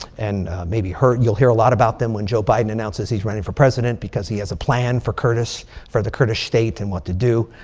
and maybe you've heard. you'll hear a lot about them when joe biden announces he's running for president because he has a plan for kurdis for the kurdish state and what to do.